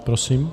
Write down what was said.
Prosím.